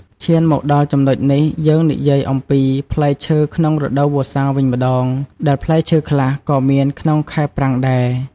ឈានមកដល់ចំណុចនេះ យើងនិយាយអំពីផ្លែឈើក្នុងរដូវវស្សាវិញម្តង ដែលផ្លែឈើខ្លះក៏មានក្នុងខែប្រាំងដែរ។